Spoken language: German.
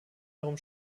darum